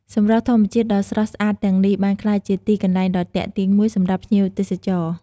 សម្រស់ធម្មជាតិដ៏ស្រស់ស្អាតទាំងនេះ បានក្លាយជាទីកន្លែងដ៏ទាក់ទាញមួយសម្រាប់ភ្ញៀវទេសចរ។